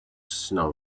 snow